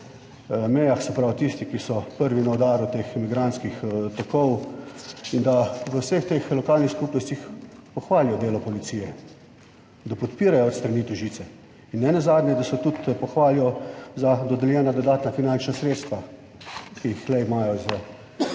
ob mejah, se pravi tisti, ki so prvi na udaru teh migrantskih tokov in da v vseh teh lokalnih skupnostih pohvalijo delo policije, da podpirajo s strani / nerazumljivo/ in nenazadnje, da so tudi pohvalijo za dodeljena dodatna finančna sredstva, ki jih le imajo za